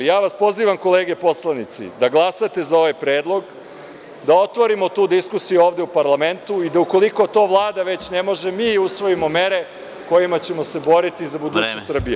Ja vas pozivam, kolege poslanici, da glasate za ovaj predlog, da otvorimo tu diskusiju ovde u parlamentu i da, ukoliko to Vlada već ne može, mi usvojimo mere kojima ćemo se boriti za budućnost Srbije.